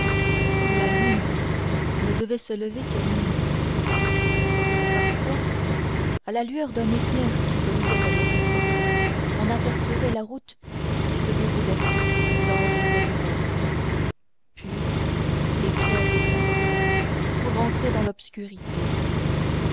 la lune ne devait se lever qu'à minuit parfois à la lueur d'un éclair qui brillait à l'horizon on apercevait la route qui se déroulait blanche et solitaire puis l'éclair éteint tout rentrait dans l'obscurité